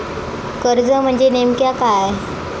कर्ज म्हणजे नेमक्या काय?